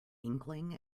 inkling